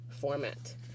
format